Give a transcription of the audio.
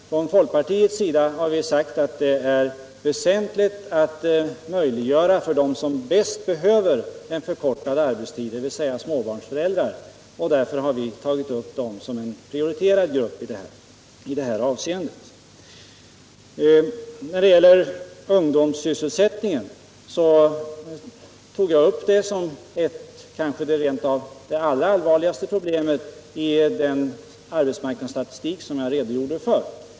Från folkpartiets sida har vi sagt att det är väsentligt att möjliggöra förkortning för dem som bäst behöver den förkortade arbetstiden, dvs. småbarnsföräldrar. Därför har vi tagit upp dem som en prioriterad grupp i det här avseendet. Jag tog upp ungdomssysselsättningen som ett av problemen, kanske det allra allvarligaste, i den arbetsmarknadsstatistik som jag redogjorde för.